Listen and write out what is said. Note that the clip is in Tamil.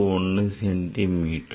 01 சென்டிமீட்டர்